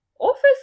Office